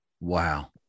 wow